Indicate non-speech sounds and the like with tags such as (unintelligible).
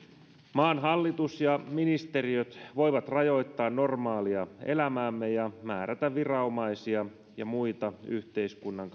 maan hallitus ja ministeriöt voivat rajoittaa normaalia elämäämme ja määrätä viranomaisia ja muita yhteiskunnan (unintelligible)